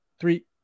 three